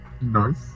Nice